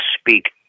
speak